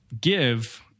give